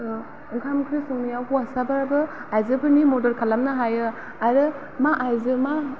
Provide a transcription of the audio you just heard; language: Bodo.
ओंखाम ओंख्रि संनायाव हौवासाफ्राबो आइजोफोरनि मदद खालामनो हायो आरो मा आइजो मा